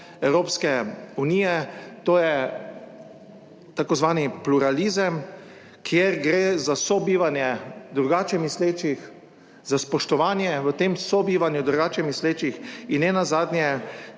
Evropske unije, to je tako imenovani pluralizem, kjer gre za sobivanje drugače mislečih, za spoštovanje v tem sobivanju drugače mislečih in nenazadnje